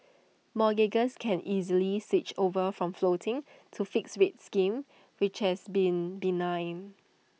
mortgagors can easily switch over from floating to fixed rate schemes which have been benign